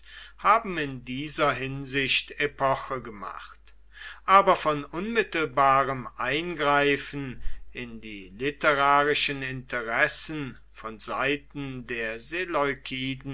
haben in dieser hinsicht epoche gemacht aber von unmittelbarem eingreifen in die literarischen interessen von seiten der